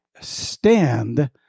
stand